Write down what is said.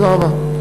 תודה רבה.